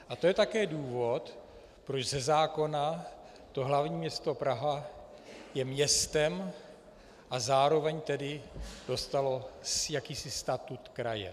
A to je také důvod, proč ze zákona to hlavní město Praha je městem a zároveň dostalo jakýsi statut kraje.